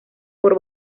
por